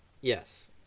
Yes